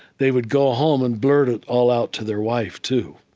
they would go home and blurt it all out to their wife, too,